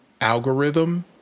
algorithm